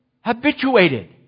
habituated